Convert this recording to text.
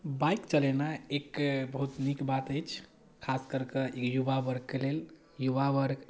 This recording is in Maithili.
बाइक चलेनाइ एक बहुत नीक बात अछि खासकऽ कऽ युवावर्गके लेल युवावर्ग